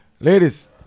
ladies